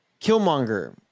Killmonger